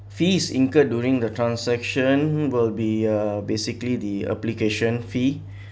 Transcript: fees incurred during the transaction will be uh basically the application fee